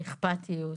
על אכפתיות,